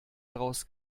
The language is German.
daraus